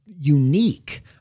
unique